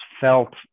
felt